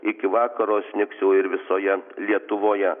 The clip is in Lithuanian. iki vakaro snigs jau ir visoje lietuvoje